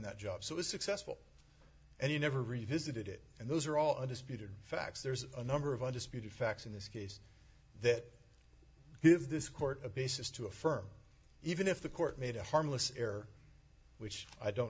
that job so it was successful and he never revisited it and those are all undisputed facts there's a number of undisputed facts in this case that give this court a basis to affirm even if the court made a harmless error which i don't